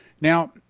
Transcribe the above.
Now